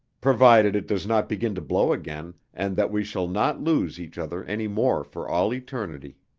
provided it does not begin to blow again and that we shall not lose each other any more for all eternity.